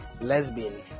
lesbian